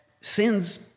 sin's